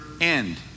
end